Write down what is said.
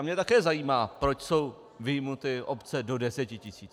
Mě také zajímá, proč jsou vyjmuty obce do 10 tisíc.